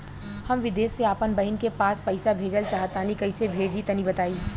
हम विदेस मे आपन बहिन के पास पईसा भेजल चाहऽ तनि कईसे भेजि तनि बताई?